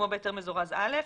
כמו בהיתר מזורז א',